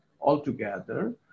altogether